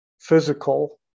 physical